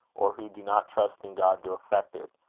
or who do not trust in god to effect it,